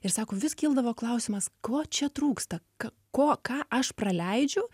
ir sako vis kildavo klausimas ko čia trūksta k ko ką aš praleidžiu